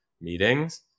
meetings